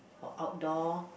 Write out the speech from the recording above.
for outdoor